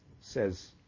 says